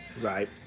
right